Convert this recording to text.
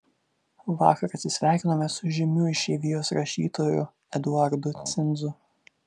vakar atsisveikinome su žymiu išeivijos rašytoju eduardu cinzu